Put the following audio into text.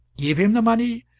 give him the money,